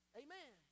amen